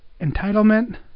entitlement